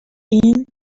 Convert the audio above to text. این